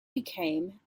became